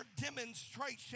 demonstration